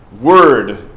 word